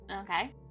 Okay